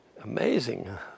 amazing